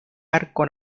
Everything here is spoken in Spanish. arco